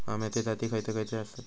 अम्याचे जाती खयचे खयचे आसत?